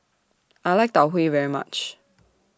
I like Tau Huay very much